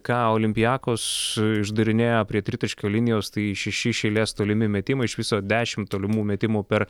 ką olimpiakos išdarinėjo prie tritaškio linijos tai šeši iš eilės tolimi metimai iš viso dešimt tolimų metimų per